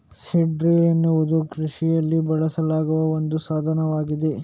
seed drill ಎನ್ನುವುದು ಕೃಷಿಯಲ್ಲಿ ಬಳಸಲಾಗುವ ಒಂದು ಸಾಧನವಾಗಿದೆ